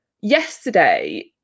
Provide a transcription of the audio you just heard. Yesterday